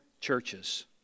churches